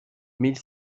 mille